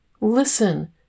Listen